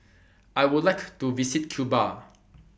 I Would like to visit Cuba